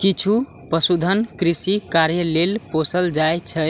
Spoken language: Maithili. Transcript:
किछु पशुधन कृषि कार्य लेल पोसल जाइ छै,